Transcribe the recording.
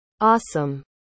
Awesome